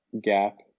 gap